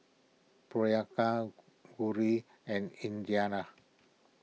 Priyanka Gauri and Indira